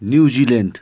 New Zealand